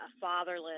fatherless